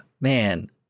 man